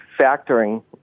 factoring